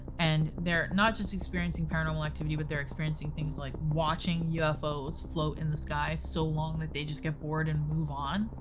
and they're not just experiencing paranormal activity, but they're experiencing things like watching ufos float in the sky so long that they just get bored and move on.